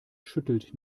schüttelt